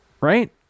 Right